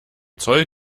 zoll